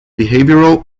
behavioral